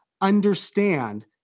understand